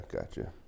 Gotcha